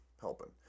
helping